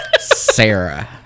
Sarah